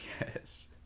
yes